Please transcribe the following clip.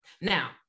Now